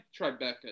Tribeca